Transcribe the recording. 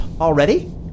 Already